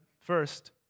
first